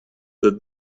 the